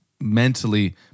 mentally